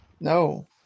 No